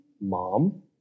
mom